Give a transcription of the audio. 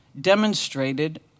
demonstrated